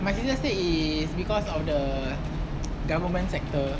my sister said is because of the government sector